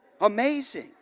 Amazing